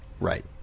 Right